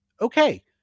Okay